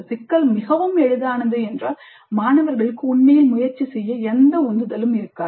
சிக்கல் மிகவும் எளிதானது என்றால் மாணவர்களுக்கு உண்மையில் முயற்சி செய்ய எந்த உந்துதலும் இருக்காது